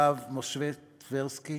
הרב משה טברסקי,